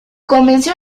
convenció